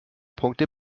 punkte